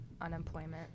unemployment